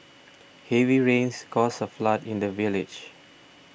heavy rains caused a flood in the village